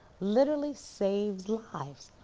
literally saves lives.